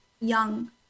young